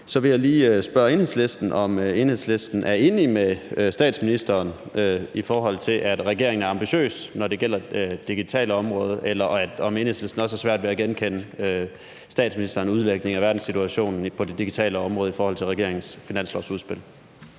Så vil jeg lige spørge Enhedslisten, om Enhedslisten er enig med statsministeren i, at regeringen er ambitiøs, når det gælder det digitale område, eller om Enhedslisten også har svært ved at genkende statsministerens udlægning af verdenssituationen på det digitale område i forhold til regeringens finanslovsudspil.